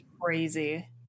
crazy